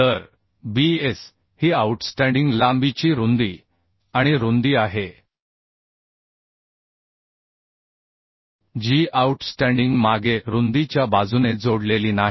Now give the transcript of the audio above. तर Bs ही outstanding लांबीची रुंदी आणि रुंदी आहे जी आऊटस्टँडिंग मागे रुंदीच्या बाजूने जोडलेली नाही